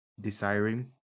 desiring